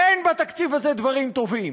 אין בתקציב הזה דברים טובים.